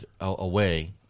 away